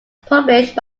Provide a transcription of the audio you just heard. published